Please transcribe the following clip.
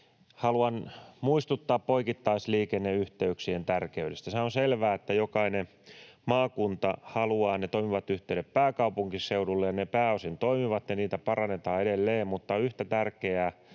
Haluan muistuttaa poikittaisliikenneyhteyksien tärkeydestä. Sehän on selvää, että jokainen maakunta haluaa ne toimivat yhteydet pääkaupunkiseudulle, ja ne pääosin toimivat ja niitä parannetaan edelleen, mutta yhtä tärkeää,